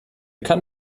kann